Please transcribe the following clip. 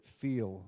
feel